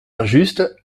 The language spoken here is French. injuste